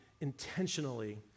intentionally